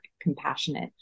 compassionate